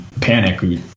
panic